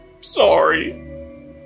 Sorry